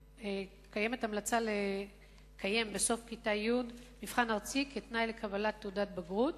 קיימת המלצה לקיים בסוף כיתה י' מבחן ארצי כתנאי לקבלת תעודת בגרות